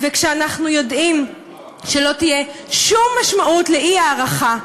ואנחנו יודעים שלא תהיה שום משמעות לאי-הארכה.